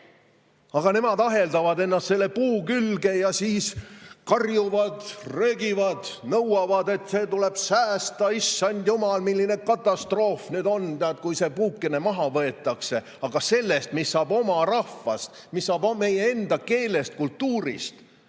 Aga nemad aheldavad ennast selle puu külge ja siis karjuvad, röögivad, nõuavad, et see tuleb säästa, issand jumal, milline katastroof on, kui see puukene maha võetakse. Aga sellest, mis saab oma rahvast, mis saab meie enda keelest, kultuurist